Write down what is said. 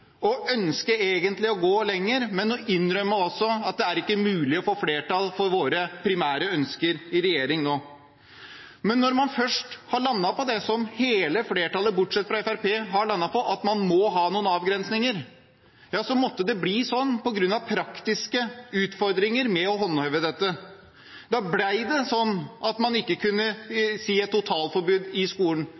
egentlig ønske å gå lenger, men også å innrømme at det ikke er mulig å få flertall for sine primære ønsker i regjering nå. Men når man først har landet på det som hele flertallet, bortsett fra Fremskrittspartiet, har landet på, at man må ha noen avgrensninger, så måtte det bli sånn på grunn av praktiske utfordringer med å håndheve dette. Da ble det sånn at man ikke kunne gi et totalforbud i skolen.